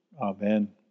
Amen